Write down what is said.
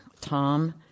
Tom